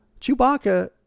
Chewbacca